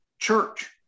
church